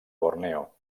borneo